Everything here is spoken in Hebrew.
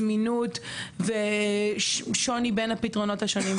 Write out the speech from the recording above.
זמינות ושוני בין הפתרונות השונים.